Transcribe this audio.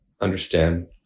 understand